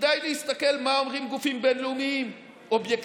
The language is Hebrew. כדאי להסתכל מה אומרים גופים בין-לאומיים אובייקטיביים,